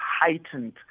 heightened